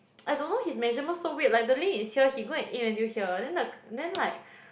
I don't know his measurement so weird like the lane is here he go and aim until here then the k~ then like